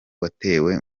watawe